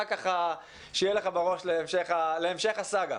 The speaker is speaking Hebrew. רק שיהיה לך בראש להמשך הסגה.